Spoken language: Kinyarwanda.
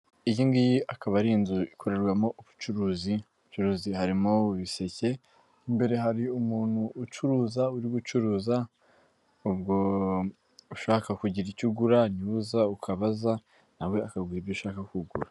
Iyi ngiyi akaba ari inzu ikorerwamo ubucuzi, ubucuruzi harimo ibiseke, imbere hari umuntu ucuruza uri gucuruza, ubwo ushaka kugira icyo ugura niho uza ukabaza nawe akaguha ibyo ushaka kugura.